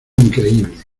increíble